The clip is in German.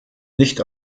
nicht